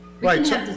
Right